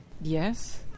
yes